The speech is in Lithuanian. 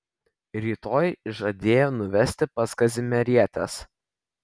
rytoj žadėjo nuvesti pas kazimierietes